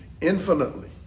infinitely